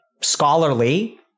scholarly